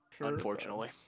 Unfortunately